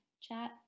chat